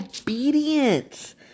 obedience